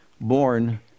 born